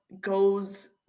goes